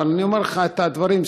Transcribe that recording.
אבל אני אומר לך את הדברים,